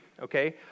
okay